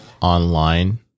online